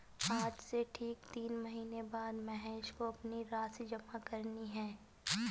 आज से ठीक तीन महीने बाद महेश को अपनी राशि जमा करनी है